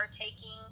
taking